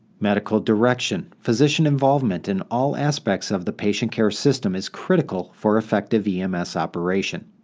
medical direction physician involvement in all aspects of the patient care system is critical for effective ems operation.